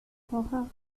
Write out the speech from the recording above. kocha